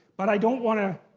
but i don't want to